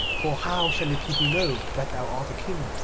for how shall the people know that thou art a king,